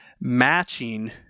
matching